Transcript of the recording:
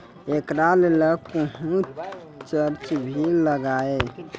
एकरा लेल कुनो चार्ज भी लागैये?